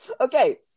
Okay